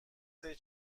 سری